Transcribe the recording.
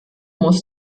muss